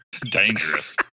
Dangerous